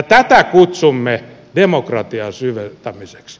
tätä kutsumme demokratian syventämiseksi